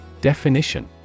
Definition